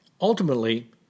Ultimately